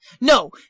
No